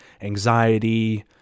anxiety